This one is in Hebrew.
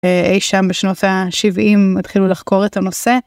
אי שם בשנות ה-70 התחילו לחקור את הנושא.